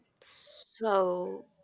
so-